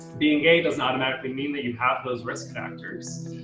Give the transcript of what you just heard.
being gay doesn't automatically mean that you have those risk factors.